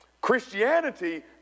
Christianity